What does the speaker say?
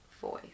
voice